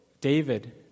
David